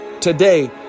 Today